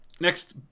Next